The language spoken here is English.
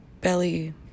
belly